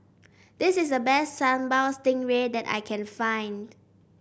this is the best Sambal Stingray that I can find